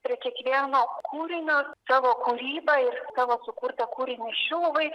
prie kiekvieno kūrinio savo kūrybą ir savo sukurtą kūrinį šiluvai